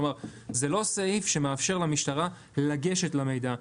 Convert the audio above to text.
כלומר, זה לא סעיף שמאפשר למשטרה לגשת למידע.